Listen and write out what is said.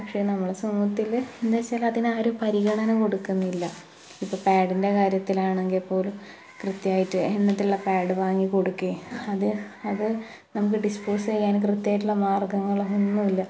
പക്ഷെ നമ്മളെ സമൂഹത്തിൽ എന്താവെച്ചാൽ അതിനാരും പരിഗണന കൊടുക്കുന്നില്ല ഇപ്പോൾ പാഡിന്റെ കാര്യത്തിലാണെങ്കിൽ പോലും കൃത്യമായിട്ട് എണ്ണത്തിലുള്ള പാഡ് വാങ്ങി കൊടുക്കേ അത് അത് നമുക്ക് ഡിസ്പോസ് ചെയ്യാൻ കൃത്യമായിട്ടുള്ള മാര്ഗ്ഗങ്ങൾ ഒന്നുമില്ല